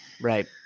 right